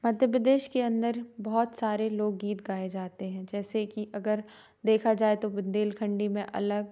मध्य प्रदेश के अंदर बहुत सारे लोकगीत गाए जाते हैं जैसे कि अगर देखा जाए तो बुंदेलखंडी में अलग